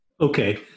Okay